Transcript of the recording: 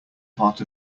part